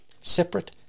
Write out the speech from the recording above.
separate